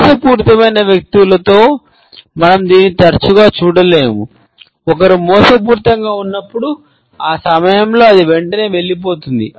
మోసపూరితమైన వ్యక్తులలో మనం దీనిని తరచుగా చూడలేము ఒకరు మోసపూరితంగా ఉన్నప్పుడు ఆ సమయంలో అది వెంటనే వెళ్లిపోతుంది